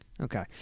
Okay